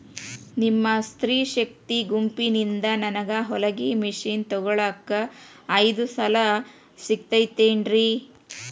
ನಿಮ್ಮ ಸ್ತ್ರೇ ಶಕ್ತಿ ಗುಂಪಿನಿಂದ ನನಗ ಹೊಲಗಿ ಮಷೇನ್ ತೊಗೋಳಾಕ್ ಐದು ಸಾಲ ಸಿಗತೈತೇನ್ರಿ?